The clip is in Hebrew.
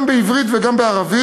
גם בעברית וגם בערבית,